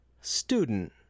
student